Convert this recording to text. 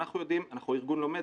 ואנחנו ארגון לומד,